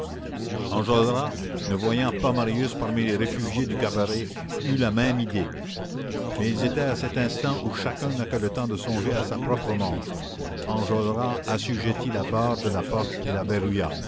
enjolras ne voyant pas marius parmi les réfugiés du cabaret eut la même idée mais ils étaient à cet instant où chacun n'a que le temps de songer à sa propre mort enjolras assujettit la barre de la porte et la